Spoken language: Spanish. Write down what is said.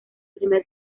primer